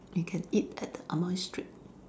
we can eat at the Amoy Street